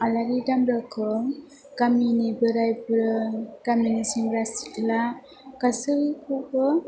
आलारि दामब्राखौ गामिनि बोराय बुरै गामिनि सेंग्रा सिख्ला गासैखौबो